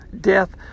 Death